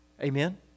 Amen